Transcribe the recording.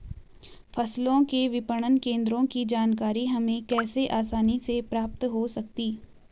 फसलों के विपणन केंद्रों की जानकारी हमें कैसे आसानी से प्राप्त हो सकती?